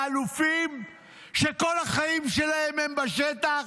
לאלופים שכל החיים שלהם הם בשטח,